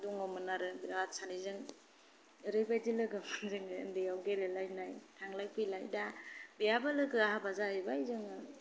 दङमोन आरो जोंहा सानैजों ओरैबायदि लोगोमोन जोङो उन्दैआव गेलेलायनाय थांलाय फैलाय दा बेहाबो लोगोआ हाबा जाहैबाय दा